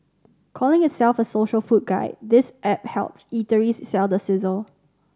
calling itself a social food guide this app helps eateries sell the sizzle